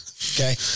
Okay